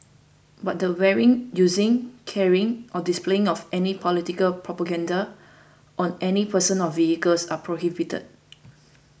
but the wearing using carrying or displaying of any political propaganda on any person or vehicles are prohibited